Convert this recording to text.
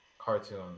cartoon